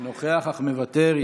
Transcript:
נוכח אך מוותר.